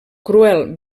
cruel